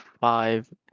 five